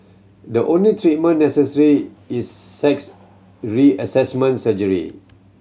the only treatment necessary is sex reassignment surgery